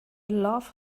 love